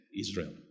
Israel